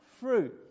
fruit